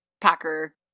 Packer